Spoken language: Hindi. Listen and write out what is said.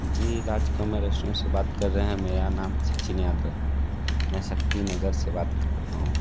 जी राजकमल रेस्टोरेन्ट से बात कर रहें हैं मेरा नाम सचिन यादव है मैं शक्ति नगर से बात कर रहा हूँ